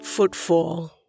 footfall